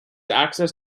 access